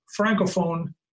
Francophone